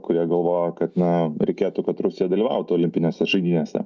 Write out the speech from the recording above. kurie galvoja kad na reikėtų kad rusija dalyvautų olimpinėse žaidynėse